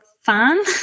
fun